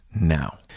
now